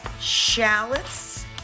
shallots